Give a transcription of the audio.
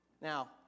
Now